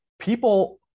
people